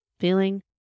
Feeling